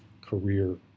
career